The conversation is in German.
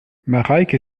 mareike